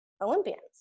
Olympians